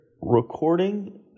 recording